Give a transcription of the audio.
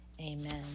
Amen